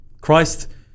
Christ